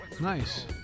Nice